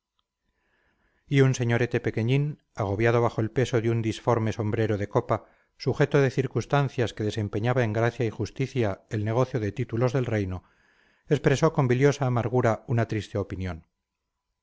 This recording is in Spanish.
y un señorete pequeñín agobiado bajo el peso de un disforme sombrero de copa sujeto de circunstancias que desempeñaba en gracia y justicia el negociado de títulos del reino expresó con biliosa amargura una triste opinión